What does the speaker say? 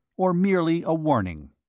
or merely a warning?